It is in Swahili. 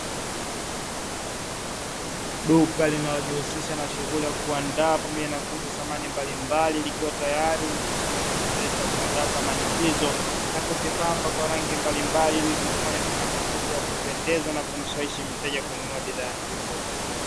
Duka linalojihusisha na shughuli ya kuandaa pamoja na kuuza samani mbalimbali, likiwa tayari limekwisha kamilisha zoezi la kuandaa samani hizo na kuzipamba kwa rangi mbalimbali ili kuzifanya ziwe na mvuto wa kupendeza, na kumshawishi mteja kununua bidhaa hizo.